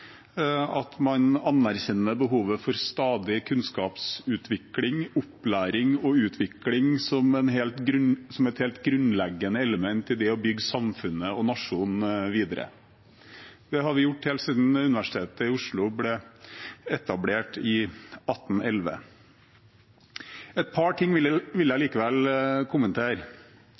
at man anerkjenner behovet for stadig kunnskapsutvikling, opplæring og utvikling som et helt grunnleggende element i det å bygge samfunnet og nasjonen videre. Det har vi gjort helt siden Universitetet i Oslo ble etablert i 1811. Et par ting vil jeg likevel kommentere.